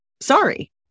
sorry